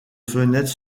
fenêtres